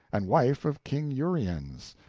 and wife of king uriens,